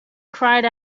cried